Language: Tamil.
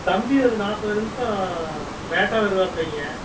தம்பி ஒரு நாற்பது நிமிஷம் லேட்டாக வருவாப்புலைங்க